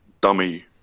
dummy